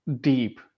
deep